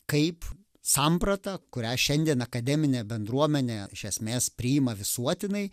kaip samprata kurią šiandien akademinė bendruomenė iš esmės priima visuotinai